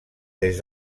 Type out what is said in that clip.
des